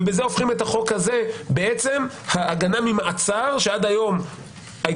ובזה הופכים את החוק הזה בעצם הגנה ממעצר שעד היום הייתה